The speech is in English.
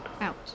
out